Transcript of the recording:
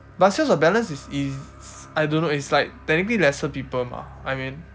but sales of balance is is I don't know it's like technically lesser people mah I mean